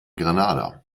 grenada